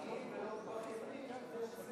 משקיעים ולא מתבכיינים, אז יש הישגים.